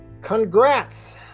Congrats